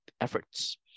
efforts